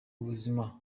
buzima